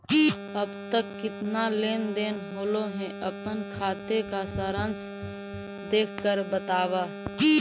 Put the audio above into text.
अब तक कितना लेन देन होलो हे अपने खाते का सारांश देख कर बतावा